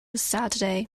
saturday